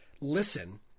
listen